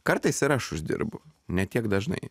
kartais ir aš uždirbu ne tiek dažnai